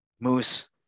Moose